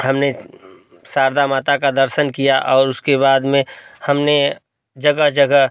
हमने शारदा माता का दर्शन किया और उसके बाद में हमने जगह जगह